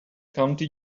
county